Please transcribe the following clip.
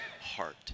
heart